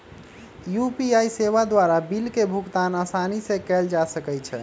UPI सेवा द्वारा bill के भुगतान असानी से कएल जा सकइ छै